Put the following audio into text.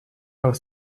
aus